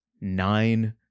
nine